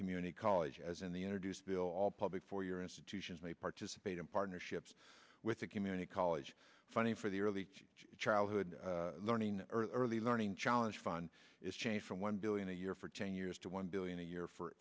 community college as in the introduced bill all public four year institutions may participate in partnerships with a community college funding for the early childhood learning early learning challenge fund is changed from one billion a year for jane years to one billion a year